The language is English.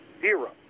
zero